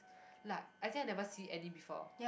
like I think I never see any before